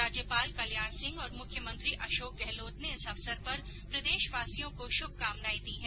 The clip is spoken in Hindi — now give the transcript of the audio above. राज्यपाल कल्याण सिंह और मुख्यमंत्री अशोक गहलोत ने इस अवसर पर प्रदेशवासियों को शुभकानाएं दी हैं